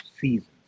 seasons